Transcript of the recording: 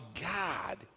God